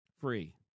free